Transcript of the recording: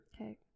Okay